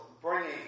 bringing